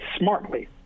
smartly